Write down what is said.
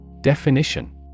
Definition